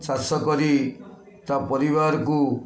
ଚାଷ କରି ତା ପରିବାରକୁ